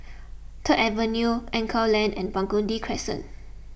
Third Avenue Anchorvale Lane and Burgundy Crescent